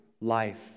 life